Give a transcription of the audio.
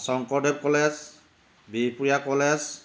Sankardev college Bihpuria college